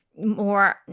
more